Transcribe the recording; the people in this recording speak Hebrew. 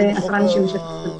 ו-10 אנשים בשטח סגור.